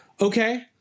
Okay